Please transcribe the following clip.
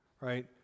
right